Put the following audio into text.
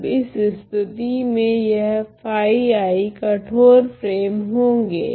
तब इस स्थिति में यह कठोर फ्रेम होगे